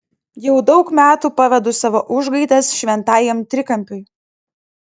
jau daug metų pavedu savo užgaidas šventajam trikampiui